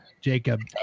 Jacob